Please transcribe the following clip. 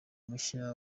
mushya